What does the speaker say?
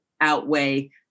outweigh